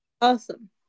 awesome